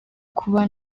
kuba